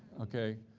okay,